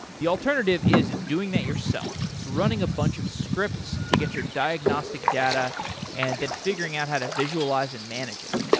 the alternative is doing that yourself, running a bunch of scripts to get your diagnostic data and then figuring out how to visualize and manage it.